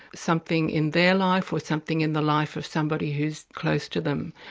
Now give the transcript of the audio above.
something in their life or something in the life of somebody who's close to them.